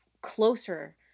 closer